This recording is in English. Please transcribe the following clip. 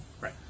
Right